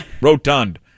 rotund